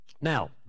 Now